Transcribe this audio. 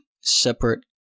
separate